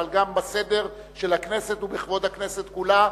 גם בסדר של הכנסת ובכבוד הכנסת כולה,